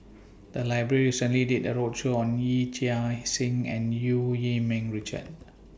The Library recently did A roadshow on Yee Chia Hsing and EU Yee Ming Richard